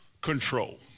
control